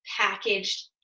packaged